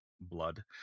blood